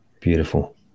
Beautiful